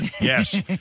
Yes